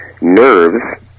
nerves